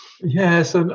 Yes